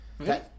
Okay